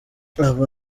aba